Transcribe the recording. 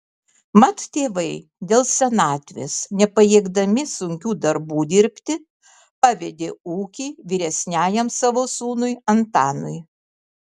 mat tėvai dėl senatvės nepajėgdami sunkių darbų dirbti pavedė ūkį vyresniajam savo sūnui antanui